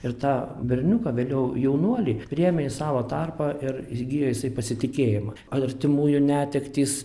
ir tą berniuką vėliau jaunuolį priėmė į savo tarpą ir įgijo jisai pasitikėjimą artimųjų netektys